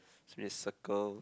see a circle